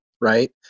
right